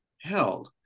held